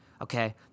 Okay